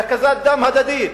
בהקזת דם הדדית.